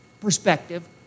perspective